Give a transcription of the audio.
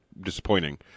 disappointing